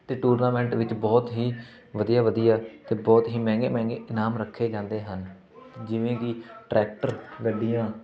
ਅਤੇ ਟੂਰਨਾਮੈਂਟ ਵਿੱਚ ਬਹੁਤ ਹੀ ਵਧੀਆ ਵਧੀਆ ਅਤੇ ਬਹੁਤ ਹੀ ਮਹਿੰਗੇ ਮਹਿੰਗੇ ਇਨਾਮ ਰੱਖੇ ਜਾਂਦੇ ਹਨ ਜਿਵੇਂ ਕਿ ਟਰੈਕਟਰ ਗੱਡੀਆਂ